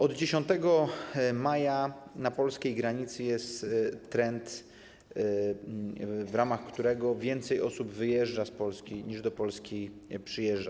Od 10 maja na polskiej granicy jest trend, w ramach którego więcej osób wyjeżdża z Polski, niż do Polski przyjeżdża.